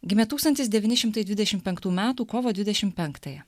gimė tūkstantis devyni šimtai dvidešimt penktų metų kovo dvidešimt penktąją